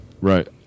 Right